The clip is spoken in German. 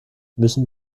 müssen